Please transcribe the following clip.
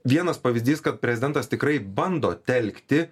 vienas pavyzdys kad prezidentas tikrai bando telkti